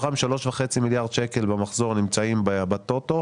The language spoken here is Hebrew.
מתוכם 3.5 מיליארד שקלים במחזור נמצאים בטוטו